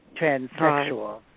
transsexual